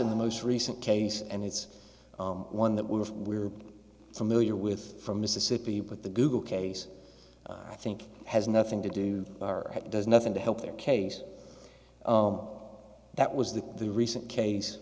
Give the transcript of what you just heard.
in the most recent case and it's one that we have we're familiar with from mississippi with the google case i think has nothing to do are it does nothing to help their case oh that was the the recent case